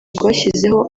rwashyizeho